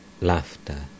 Laughter